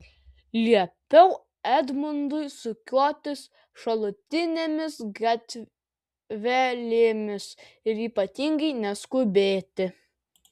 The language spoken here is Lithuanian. liepiau edmundui sukiotis šalutinėmis gatvelėmis ir ypatingai neskubėti